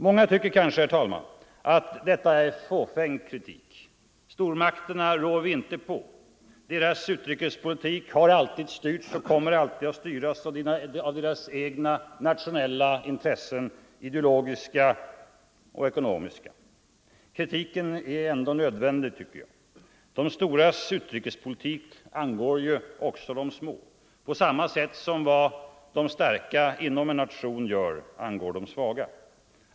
Många kanske tycker att detta är fåfäng kritik. Stormakterna rår vi inte på. Deras utrikespolitik har alltid styrts och kommer alltid att styras av deras egna nationella intressen, ideologiska och ekonomiska. Kritiken är ändå nödvändig. De storas utrikespolitik angår också de små, på samma sätt som vad de starka inom en nation gör angår de svaga.